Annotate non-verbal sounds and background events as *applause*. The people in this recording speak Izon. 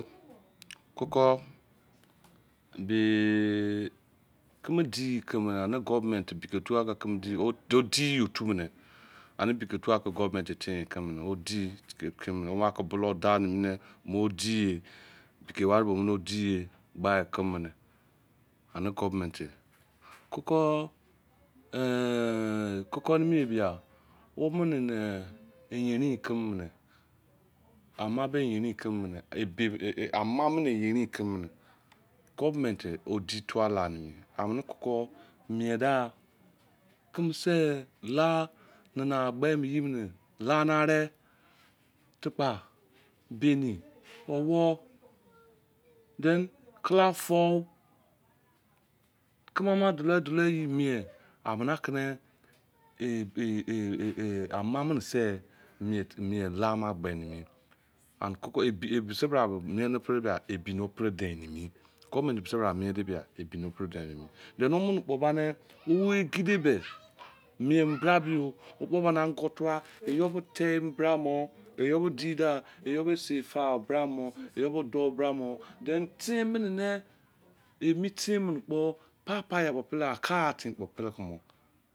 Koko ba *hesitation* keme di keme an govervent tu ke keme di otu ne one na bolou an mo di piki ware di gba comu ne, oni govervent ye koko ehn koko nimi ye bia omene eh eyerin keme me ama bo yerin keme ne ebe ama ya yerin ke ne government o di otuwa la me omene koko mien da kame si la na na gbe me se ye ne tupa, baini, owo, then kala fou, keme ama dolo dolo iye mien omene ke na *hesitation* ehn ama mene se timi la mo egbe mi an koko ebi se bra mien ne pre da ebi no pre de mi govervent mise bra de be ebi no pre de ne them omene kpo gba ne owo egede be mien gabi owo kpo mene ongu tuwa iye be le bra mo iye bo di di iye se fa bra mo den ten me ne emi ten me ne kpopapa yo pele ca ten kpo pele komo.